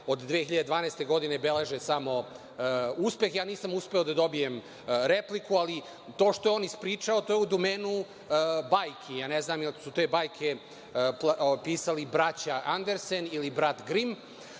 od 2012. godine beleže samo uspeh, ja nisam uspeo da dobijem repliku, ali to što je on ispričao, to je u domenu bajki. Ne znam da li su te bajke pisali braća Andersen ili brat Grim,